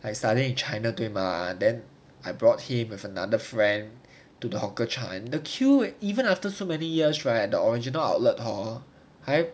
I study in china 对吗 then I brought him with another friend to the hawker chan the queue even after so many years right the original outlet hor 还